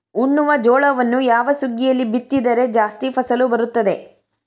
ಉಣ್ಣುವ ಜೋಳವನ್ನು ಯಾವ ಸುಗ್ಗಿಯಲ್ಲಿ ಬಿತ್ತಿದರೆ ಜಾಸ್ತಿ ಫಸಲು ಬರುತ್ತದೆ?